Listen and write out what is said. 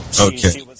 Okay